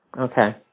Okay